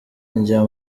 njya